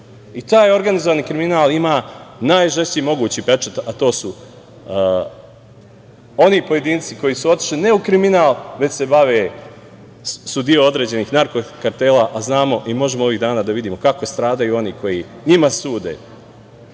organizovani kriminal ima najžešći mogući pečat, a to su oni pojedinci koji su otišli ne u kriminal, već se bave, sudije određenih narko-kartela, a znamo i možemo ovih dana da vidimo kako stradaju oni koji njima sude